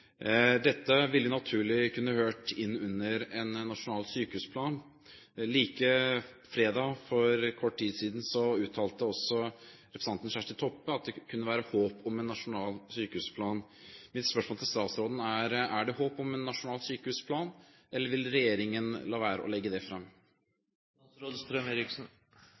Dette ville naturlig kunne hørt inn under en nasjonal sykehusplan. Fredag for kort tid siden uttalte også representanten Kjersti Toppe at det kunne være håp om en nasjonal sykehusplan. Mitt spørsmål til statsråden er: Er det håp om en nasjonal sykehusplan, eller vil regjeringen la være å legge det fram?